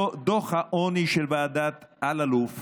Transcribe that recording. דוח העוני של ועדת אלאלוף